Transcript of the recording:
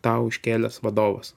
tau iškėlęs vadovas